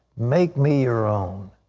make me your own.